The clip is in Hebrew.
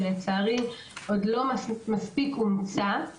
שלצערי עוד לא מספיק אומצה.